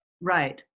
Right